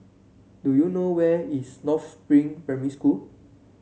do you know where is North Spring Primary School